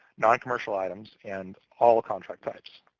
non-commercial items and all contract types.